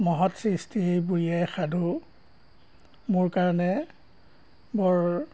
মহৎ সৃষ্টি বুঢ়ী আইৰ সাধু মোৰ কাৰণে বৰ